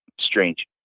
strange